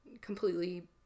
completely